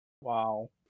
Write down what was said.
Wow